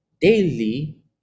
daily